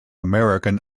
american